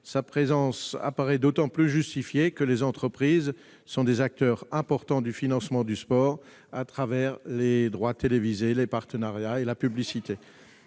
présence apparaît d'autant plus justifiée que les entreprises sont des acteurs importants du financement du sport, à travers les droits télévisés, les partenariats et la publicité.